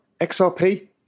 XRP